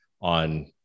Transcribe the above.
on